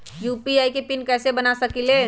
UPI के PIN कैसे बना सकीले?